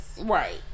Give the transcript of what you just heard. right